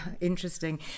interesting